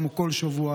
כמו בכל שבוע,